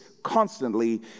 constantly